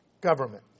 government